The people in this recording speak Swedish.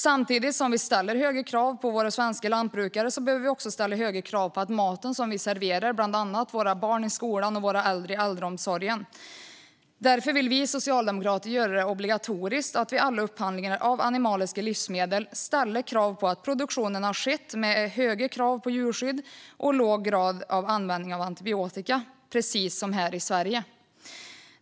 Samtidigt som vi ställer höga krav på våra svenska lantbrukare behöver vi också ställa höga krav på maten som vi serverar bland andra våra barn i skolan och våra äldre i äldreomsorgen. Därför vill vi socialdemokrater göra det obligatoriskt att vid alla upphandlingar av animaliska livsmedel ställa krav på att produktionen har skett med höga krav på djurskydd och låg grad av användning av antibiotika - precis som här i Sverige.